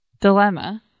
dilemma